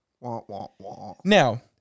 Now